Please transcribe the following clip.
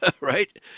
right